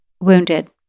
wounded